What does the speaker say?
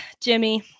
Jimmy